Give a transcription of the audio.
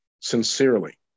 sincerely